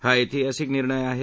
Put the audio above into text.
हा ऐतिहासिक निर्णय आहे